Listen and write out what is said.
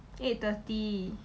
eight thirty